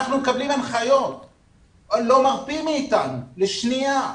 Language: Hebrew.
אנחנו מקבלים הנחיות ולא מרפים מאתנו ולו לשנייה.